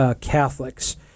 Catholics